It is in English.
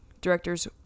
directors